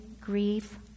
grief